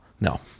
No